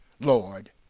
Lord